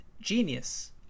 genius